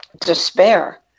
despair